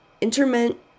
Interment